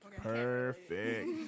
Perfect